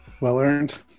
well-earned